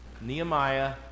Nehemiah